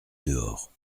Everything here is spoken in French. dehors